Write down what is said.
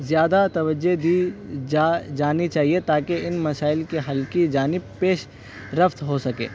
زیادہ توجہ دی جانی چاہیے تاکہ ان مسائل کے حل کی جانب پیش رفت ہو سکے